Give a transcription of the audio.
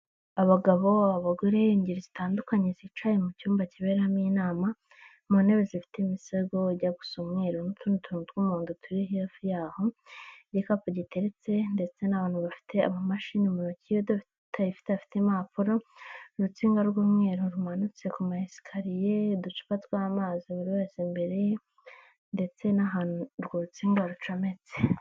Abagabo, abagore, ingeri zitandukanye zicaye mu cyumba kiberamo inama, mu ntebe zifite imisego ijya gusa umweru n'utundi tuntu tw'umuhodo turi hafi yaho, n'igikapu giteretse ndetse n'abantu bafite amamashini mu ntoki, utayifite afite impapuro, urutsinga rw'umweru rumanitse ku ma esikariye, uducupa tw'amazi buri wese imbere ye ndetse n'ahantu urwo rutsinga rucometse.